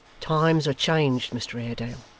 times are changed, mr haredale,